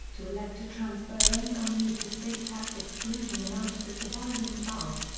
to elect to transfer any unused estate tax exclusion amount to the surviving spouse,